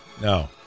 No